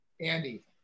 Andy